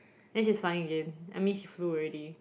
then she's flying again I mean she flew already